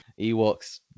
ewoks